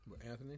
Anthony